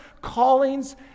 callings